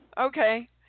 Okay